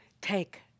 take